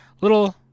Little